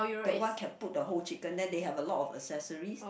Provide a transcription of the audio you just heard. the one can put the whole chicken then they have a lot of accessories